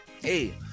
hey